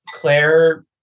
Claire